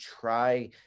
try